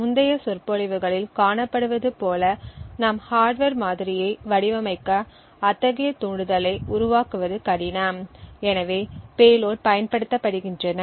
முந்தைய சொற்பொழிவுகளில் காணப்படுவது போல நாம் ஹார்ட்வர் மாதிரியை வடிவமைக்க அத்தகைய தூண்டுதலை உருவாக்குவது கடினம் எனவே பேலோட் பயன்படுத்தப்படுகின்றன